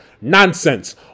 Nonsense